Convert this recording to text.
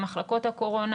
במחלקות הקורונה,